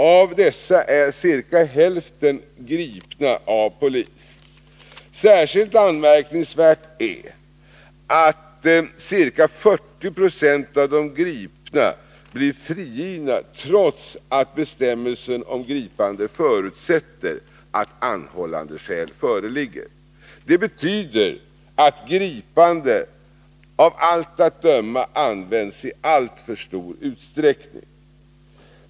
Av dessa är cirka hälften gripna av polis. Särskilt anmärkningsvärt är att ca 40 90 av de gripna blir frigivna, trots att bestämmelsen om gripande förutsätter att anhållandeskäl föreligger. Detta betyder att gripande av allt att döma används i alltför stor utsträckning.